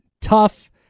tough